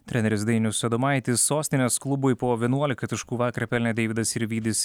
treneris dainius adomaitis sostinės klubui po vienuolika taškų vakarą pelnė deividas sirvydis